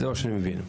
זה מה שאני מבין.